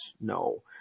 No